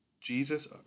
Jesus